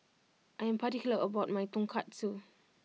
I am particular about my Tonkatsu